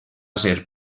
ser